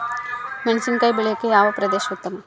ಮೆಣಸಿನಕಾಯಿ ಬೆಳೆಯೊಕೆ ಯಾವ ಪ್ರದೇಶ ಉತ್ತಮ?